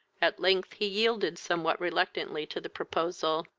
at length he yielded somewhat reluctantly to the proposal.